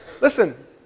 Listen